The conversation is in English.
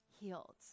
healed